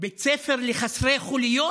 בית ספר לחסרי חוליות?